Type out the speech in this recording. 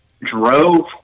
drove